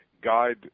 guide